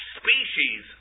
species